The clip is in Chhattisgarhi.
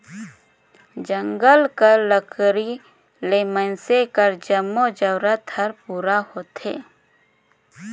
जंगल कर लकरी ले मइनसे कर जम्मो जरूरत हर पूरा होथे